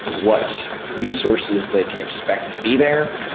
what resources they can expect to be there.